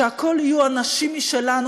שהכול יהיו אנשים משלנו,